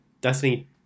Destiny